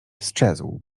sczezł